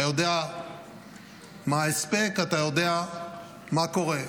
אתה יודע מה ההספק, אתה יודע מה קורה.